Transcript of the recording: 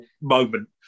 moment